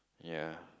ya